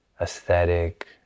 aesthetic